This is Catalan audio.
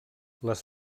les